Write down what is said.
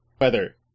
weather